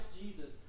Jesus